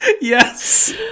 Yes